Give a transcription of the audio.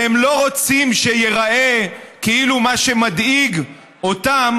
שהם לא רוצים שייראה כאילו מה שמדאיג אותם